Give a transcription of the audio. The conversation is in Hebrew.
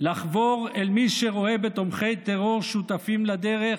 לחבור אל מי שרואה בתומכי טרור שותפים לדרך,